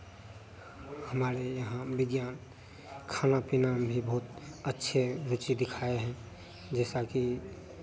हमारे यहाँ विज्ञान खाना पीना भी बहुत अच्छे रुचि दिखाएँ हैं जैसा कि